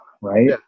right